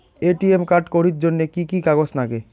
ATM card করির জন্যে কি কি কাগজ নাগে?